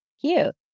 Cute